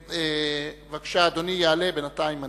בבקשה, אדוני יעלה בינתיים.